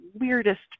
weirdest